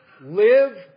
Live